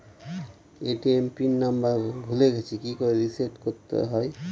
ATM pin number ভুলে গেছি কি করে রিসেট করতে হয়?